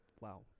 wow